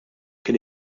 kien